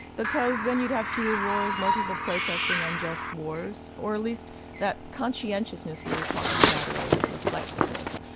because then you'd have fewer wars, more people protesting unjust wars, or at least that conscientiousness we were talking about earlier, the reflectiveness,